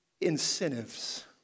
incentives